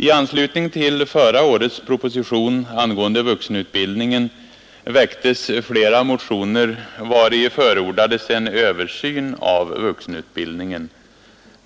I anslutning till förra årets proposition angående vuxenutbildningen väcktes flera motioner, vari förordades en översyn av vuxenutbildningen.